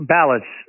ballots